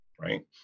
right